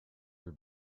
uur